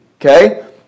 Okay